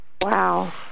Wow